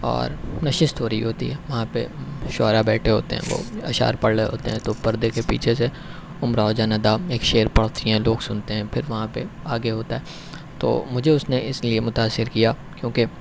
اور نشست ہو رہی ہوتی ہے وہاں پہ شعرا بیٹھے ہوتے ہیں وہ اشعار پڑھ رہے ہوتے ہیں تو پردے کے پیچھے سے امراؤ جان ادا ایک شعر پڑھتی ہیں لوگ سنتے ہیں پھر وہاں پہ آگے ہوتا ہے تو مجھے اس نے اس لیے متأثر کیا کیوں کہ